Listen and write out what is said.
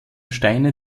steine